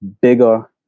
bigger